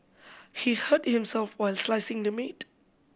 he hurt himself while slicing the meat